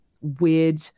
weird